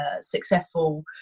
successful